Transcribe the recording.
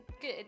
good